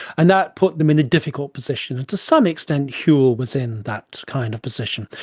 and that put them in a difficult position, and to some extent whewell was in that kind of position.